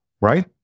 right